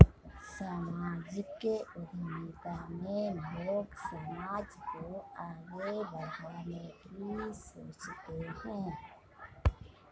सामाजिक उद्यमिता में लोग समाज को आगे बढ़ाने की सोचते हैं